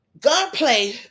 gunplay